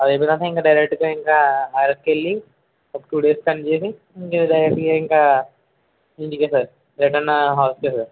అది అయిపోయినాక ఇంక డైరెక్ట్గా ఇంక అరకెల్లి ఒక టూ డేస్ స్పెండ్ చేసి ఇంక డైరెక్ట్గా ఇంక ఇంటికే సార్ రిటర్న్ హౌస్కే సార్